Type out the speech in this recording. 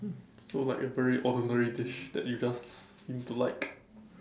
look like a very ordinary dish that you just seem to like